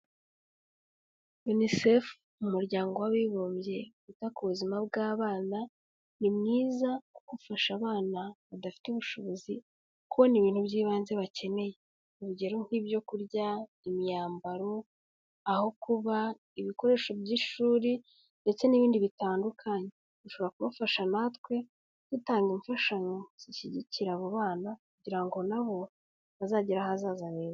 UNICEF umuryango w'abibumbye wita ku buzima bw'abana, ni mwiza kuko ufasha abana badafite ubushobozi kubona ibintu by'ibanze bakeneye, urugero nk'ibyo kurya imyambaro, aho kuba, ibikoresho by'ishuri ndetse n'ibindi bitandukanye bishobora kubafasha natwe gutanga imfashanyo zishyigikira abo bana kugira ngo nabo bazagere ahazaza heza.